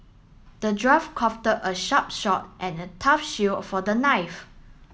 the draft crafted a sharp short and a tough shield for the knife